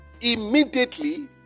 immediately